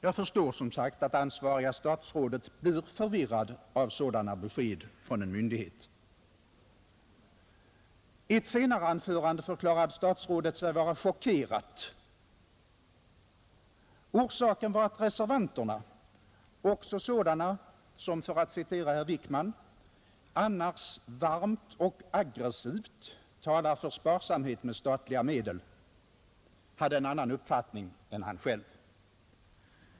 Jag förstår, som sagt, att det ansvariga statsrådet blir förvirrad av sådana besked från en myndighet. I ett senare anförande förklarade sig statsrådet vara chockerad. Orsaken var att reservanterna, också sådana som — för att citera herr Wickman — annars varmt och aggressivt talar för sparsamhet med statliga medel, hade en annan uppfattning än han själv.